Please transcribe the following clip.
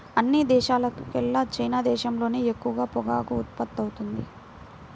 అన్ని దేశాల్లోకెల్లా చైనా దేశంలోనే ఎక్కువ పొగాకు ఉత్పత్తవుతుంది